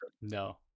No